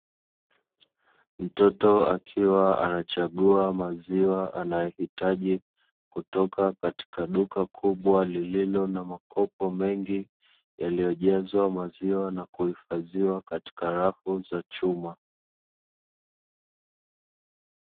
Mtoto akiwa anachagua maziwa anayohitaji, kutoka katika duka kubwa lililo na makopo mengi, yaliyojazwa maziwa na kuhifadhiwa katika rafu za chuma.